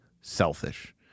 selfish